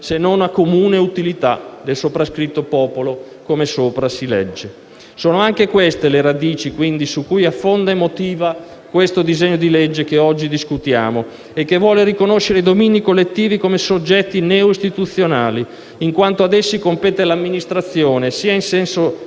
se non a comune utilità del soprascritto popolo come sopra si legge». Sono anche queste, quindi, le radici su cui affonda e si motiva il disegno di legge che oggi discutiamo, il quale vuole riconoscere i domini collettivi come soggetti neoistituzionali, in quanto a essi compete l'amministrazione in senso